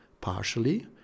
partially